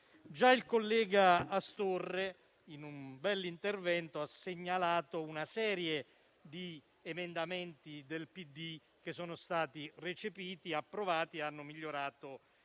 Già il collega Astorre, in un bell'intervento, ha segnalato una serie di emendamenti del PD che sono stati recepiti, approvati e che hanno migliorato